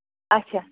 اچھا